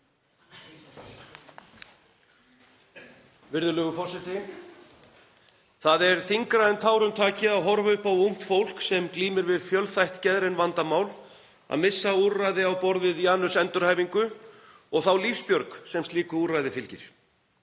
Virðulegur forseti. Það er þyngra en tárum taki að horfa upp á ungt fólk sem glímir við fjölþætt geðræn vandamál missa úrræði á borð við Janus endurhæfingu og þá lífsbjörg sem slíku úrræði fylgir.